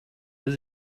does